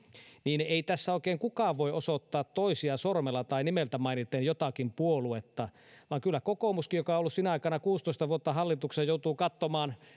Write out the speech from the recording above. niin ei tässä oikein kukaan voi osoittaa sormella toisia tai nimeltä mainiten jotakin puoluetta vaan kyllä kokoomuskin joka on ollut sinä aikana kuusitoista vuotta hallituksessa joutuu katsomaan